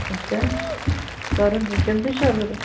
اَچھا کَر حظ وُنکٮ۪نسٕے چھا ضروٗرت